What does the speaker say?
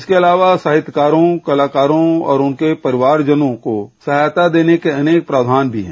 इसके अलावा साहित्यकारों कलाकारों और उनके परिवारजनों को सहायता देने के अनेक प्रावधान भी हैं